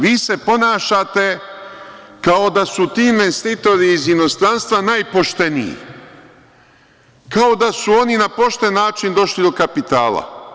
Vi se ponašate kao da su ti investitori iz inostranstva najpošteniji, kao da su oni na pošten način došli do kapitala.